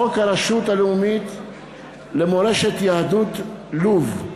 חוק הרשות הלאומית למורשת יהדות לוב.